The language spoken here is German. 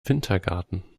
wintergarten